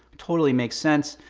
totally makes sense.